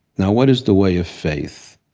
now, what is the way of faith?